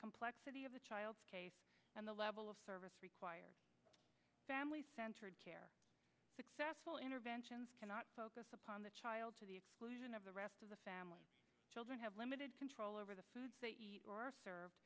complexity of the child and the level of service required family centered care successful interventions cannot focus upon the child to the exclusion of the rest of the family children have limited control over the foods they eat or